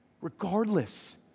regardless